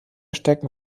stecken